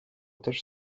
też